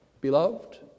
beloved